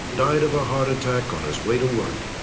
died of a heart attack on his way to work.